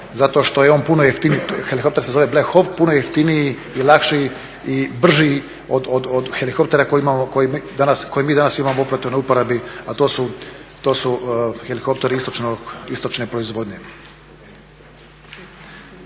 zato što je on puno jeftiniji, helikopter se zove …, puno je jeftiniji i lakši i brži od helikoptera koje mi danas imamo u … uporabi, a to su helikopteri istočne proizvodnje.